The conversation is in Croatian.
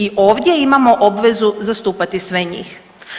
I ovdje imamo obvezu zastupati sve njih.